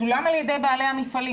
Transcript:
שולם על ידי בעלי המפעלים.